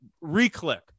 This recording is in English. re-click